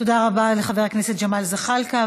תודה רבה לחבר הכנסת ג'מאל זחאלקה.